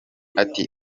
ati